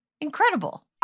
Incredible